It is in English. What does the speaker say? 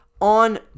on